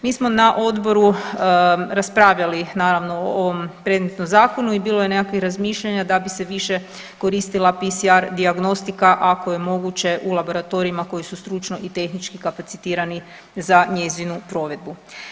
Mi smo na odboru raspravljali naravno o ovom predmetnom zakonu i bilo je nekakvih razmišljanja da bi se više koristila PSR dijagnostika ako je moguće u laboratorijima koji su stručno i tehnički kapacitirani za njezinu provedbu.